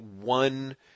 one